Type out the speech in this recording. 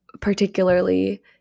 particularly